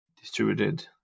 distributed